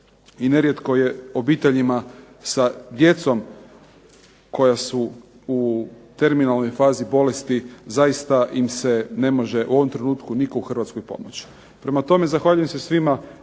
i nerijetko je obiteljima sa djecom koja su u terminalnoj fazi bolesti zaista im ne može u ovom trenutku nitko u Hrvatskoj pomoći. Prema tome, zahvaljujem se svima